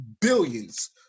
billions